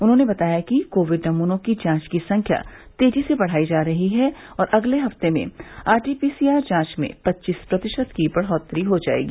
उन्होंने बताया कि कोविड नमूनों की जांच की संख्या तेजी से बढ़ाई जा रही है और अगले एक हफ्ते में आरटीपीसीआर जांच में पच्चीस प्रतिशत की बढ़ोत्तरी हो जायेगी